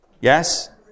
Yes